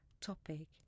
topic